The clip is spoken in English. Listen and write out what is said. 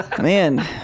Man